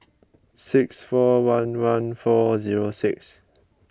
six four one one four zero six